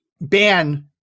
ban